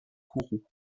kourou